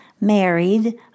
married